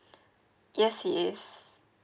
yes he is